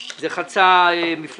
זה חצה מפלגות,